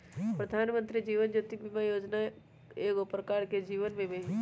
प्रधानमंत्री जीवन ज्योति बीमा जोजना एगो प्रकार के जीवन बीमें हइ